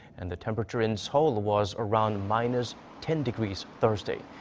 and the temperature in seoul was around minus ten degrees thursday.